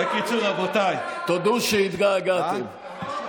בקיצור, רבותיי, תודו שהתגעגעתם.